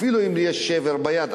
אפילו אם יש שבר ביד,